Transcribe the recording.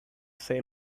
say